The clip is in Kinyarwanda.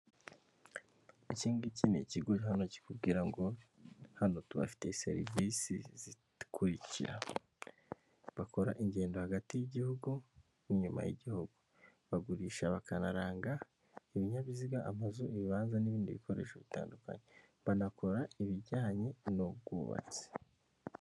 Iki ngiki ni ikigo hano kikubwira ngo hano tubafiye serivisi zikurikira, bakora ingendo hagati y'igihugu, inyuma y'igihugu, bagurisha bakanaranga ibinyabiziga amazu ibibanza n'ibindi bikoresho bitandukanye, banakora ibijyanye n'ubwubatsi.